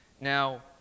Now